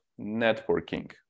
networking